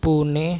Pune